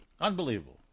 Unbelievable